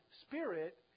spirit